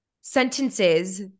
sentences